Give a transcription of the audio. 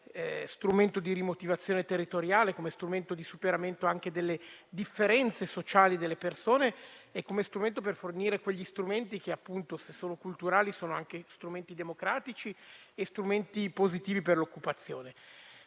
come strumento di rimotivazione territoriale, di superamento anche delle differenze sociali delle persone e come strumento per fornire quei mezzi che, appunto, se culturali, sono anche democratici e positivi per l'occupazione.